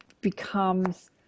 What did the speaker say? becomes